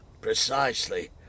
Precisely